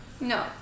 No